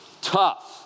tough